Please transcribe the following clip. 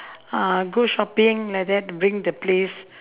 uh go shopping like that bring the place